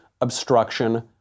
obstruction